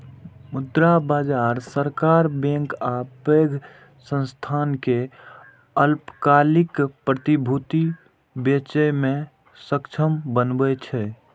मुद्रा बाजार सरकार, बैंक आ पैघ संस्थान कें अल्पकालिक प्रतिभूति बेचय मे सक्षम बनबै छै